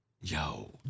yo